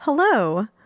Hello